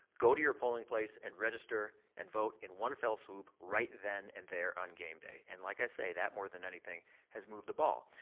go to your polling place and register and vote in one fell swoop right then and there on game day and like i say, that more than anything has moved the ball.